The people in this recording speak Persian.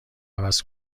عوض